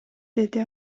деди